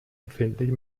empfindlich